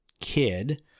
kid